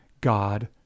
God